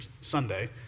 Sunday